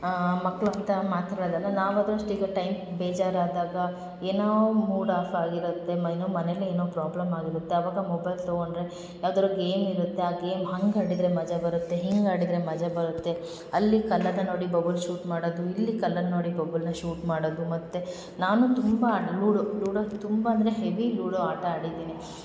ಹಾಂ ಮಕ್ಕಳು ಅಂತ ಮಾತ್ರ ಹೇಳಲ್ಲ ನಾವಾದರು ಅಷ್ಟೆ ಈಗ ಟೈಮ್ ಬೇಜಾರಾದಾಗ ಏನೋ ಮೂಡ್ ಆಫಾಗಿರುತ್ತೆ ಮೈನೊ ಮನೆಲ್ಲೇ ಏನೋ ಪ್ರೋಬ್ಲಮ್ ಆಗಿರುತ್ತೆ ಆವಾಗ ಮೊಬೈಲ್ ತಗೊಂಡರೆ ಯಾವುದಾರು ಗೇಮ್ ಇರುತ್ತೆ ಆ ಗೇಮ್ ಹಂಗೆ ಆಡಿದರೆ ಮಜ ಬರುತ್ತೆ ಹಿಂಗೆ ಆಡಿದರೆ ಮಜ ಬರುತ್ತೆ ಅಲ್ಲಿ ಕಲ್ಲರ್ನ ನೋಡಿ ಬಬಲ್ ಶೂಟ್ ಮಾಡೋದು ಇಲ್ಲಿ ಕಲ್ಲರ್ ನೋಡಿ ಬಬಲ್ನ ಶೂಟ್ ಮಾಡೋದು ಮತ್ತು ನಾನು ತುಂಬ ಅದು ಲೂಡೊ ಲೂಡೊ ತುಂಬ ಅಂದರೆ ಹೆವಿ ಲೂಡೊ ಆಟ ಆಡಿದ್ದೀನಿ